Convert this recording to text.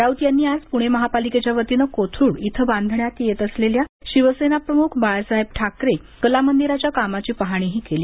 राउत यांनी आज पुणे महापालिकेच्या वतीनं कोथरूड इथं बांधण्यात येत असलेल्या शिवसेनाप्रम्ख बाळासाहेब ठाकरे कलामंदिराच्या कामाची पाहणीही केली